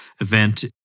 event